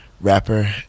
Rapper